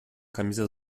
camisa